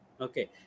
Okay